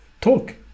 talk